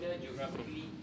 geographically